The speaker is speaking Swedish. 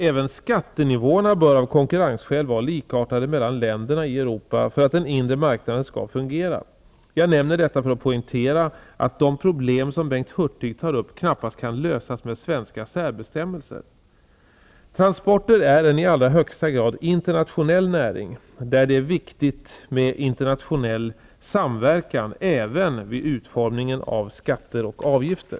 Även skattenivåerna bör av konkurrensskäl vara likartade mellan länderna i Europa för att den inre marknaden skall fungera. Jag nämner detta för att poängtera att de problem som Bengt Hurtig tar upp knappast kan lösas med svenska särbestämmelser. Transporter är en i allra högsta grad internationell näring, där det är viktigt med internationell samverkan även vid utformningen av skatter och avgifter.